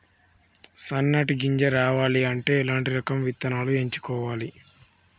సన్నటి గింజ రావాలి అంటే ఎలాంటి రకం విత్తనాలు ఎంచుకోవాలి?